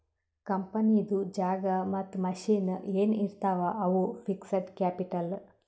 ಕಂಪನಿದು ಜಾಗಾ ಮತ್ತ ಮಷಿನ್ ಎನ್ ಇರ್ತಾವ್ ಅವು ಫಿಕ್ಸಡ್ ಕ್ಯಾಪಿಟಲ್